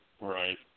Right